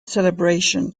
celebration